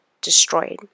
destroyed